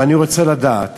ואני רוצה לדעת